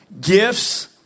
gifts